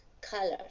color